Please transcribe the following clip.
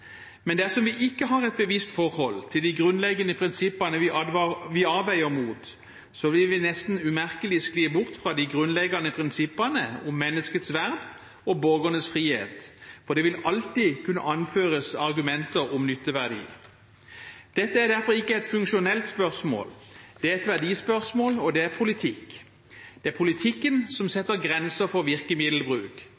Dersom vi ikke har et bevisst forhold til de grunnleggende prinsippene vi avveier mot, vil vi nesten umerkelig skli bort fra de grunnleggende prinsippene om menneskets vern og borgernes frihet, for det vil alltid kunne anføres argumenter om nytteverdi. Dette er derfor ikke et funksjonelt spørsmål. Det er et verdispørsmål, og det er politikk. Det er politikken som